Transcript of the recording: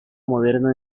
moderno